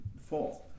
Fourth